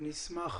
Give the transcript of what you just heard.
אני אב שכול.